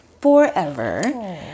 forever